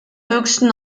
höchsten